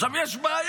עכשיו, יש בעיה,